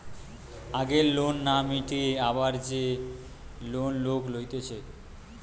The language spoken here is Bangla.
আগের লোন না মিটিয়ে আবার যে লোন লোক লইতেছে